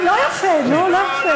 יבחן את החומר.